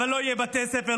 אבל לא יהיו בתי ספר,